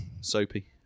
Soapy